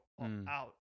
out